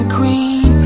Queen